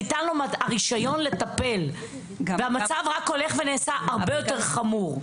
ניתן לו הרישיון לטפל והמצב רק הולך ונעשה הרבה יותר חמור.